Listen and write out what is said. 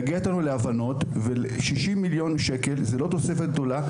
להגיע איתנו להבנות ו-60 מיליון שקל זה לא תוספת גדולה,